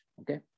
okay